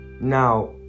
Now